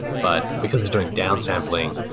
but because it's doing down-sampling,